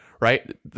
right